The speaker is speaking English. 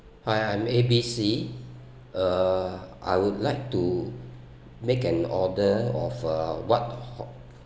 hi I'm A B C uh I would like to make an order of uh what